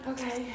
Okay